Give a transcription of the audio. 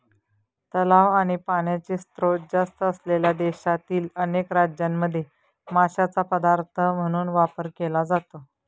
तलाव आणि पाण्याचे स्त्रोत जास्त असलेल्या देशातील अनेक राज्यांमध्ये माशांचा पदार्थ म्हणून वापर केला जातो